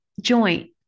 joint